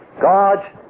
God